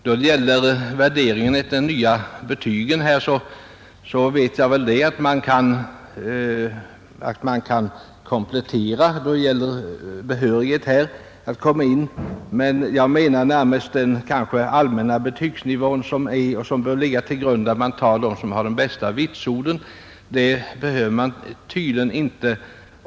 I fråga om värderingen av de nya betygen vet jag att man kan komplettera dem ur behörighetssynpunkt. Men jag avsåg den allmänna betygsnivån, som bör ligga till grund, så att man tar dem som har de bästa vitsorden.